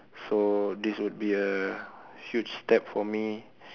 so this would be a huge step for me